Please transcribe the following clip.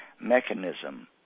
mechanism